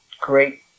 great